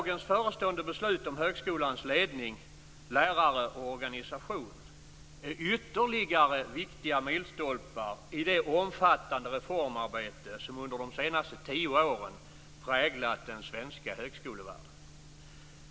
Dagens förestående beslut om högskolans ledning, lärare och organisation är ytterligare viktiga milstolpar i det omfattande reformarbete som under de senaste tio åren präglat den svenska högskolevärlden.